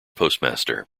postmaster